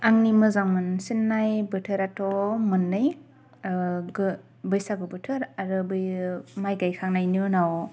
आंनि मोजां मोनसिननाय बोथोरनाथ' मोननै बैसागु बोथोर आरो बैयो माय गायखांनायनि उनाव